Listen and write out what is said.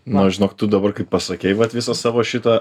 na žinok tu dabar kai pasakei vat visą savo šitą